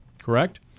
correct